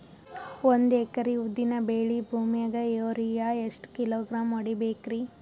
ಒಂದ್ ಎಕರಿ ಉದ್ದಿನ ಬೇಳಿ ಭೂಮಿಗ ಯೋರಿಯ ಎಷ್ಟ ಕಿಲೋಗ್ರಾಂ ಹೊಡೀಬೇಕ್ರಿ?